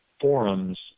forums